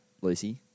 Lucy